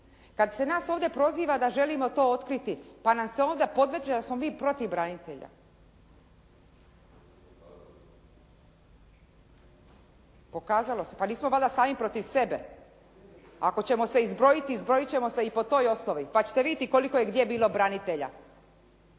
Kad se nas ovdje proziva da želimo to otkriti, pa nam se onda podmeće da smo mi protiv branitelja. Pokazalo se. Pa nismo valjda sami protiv sebe. Ako ćemo se izbrojiti, izbrojit ćemo se i po toj osnovi, pa ćete vidjeti koliko je gdje bilo branitelja.